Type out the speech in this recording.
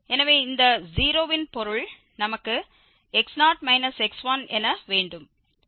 எனவே இந்த 0 இன் பொருள் நமக்கு என வேண்டும்